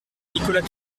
nicolas